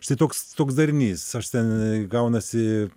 štai toks toks darinys aš ten gaunasi